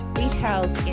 details